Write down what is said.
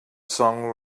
song